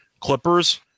Clippers